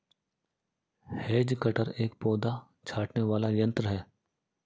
has cutter एक पौधा छाँटने वाला यन्त्र है